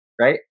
right